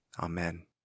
Amen